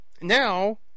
now